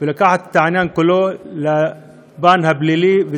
ולקחת את העניין כולו לפן הפלילי,